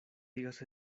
digas